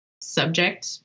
subject